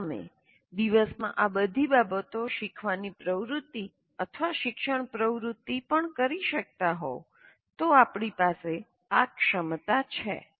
જો તમે દિવસમાં આ બધી બાબતો શીખવાની પ્રવૃત્તિ અથવા શિક્ષણ પ્રવૃત્તિ પણ કરી શકતા હોવ તો આપણી પાસે આ ક્ષમતા છે